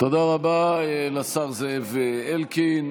תודה רבה לשר זאב אלקין.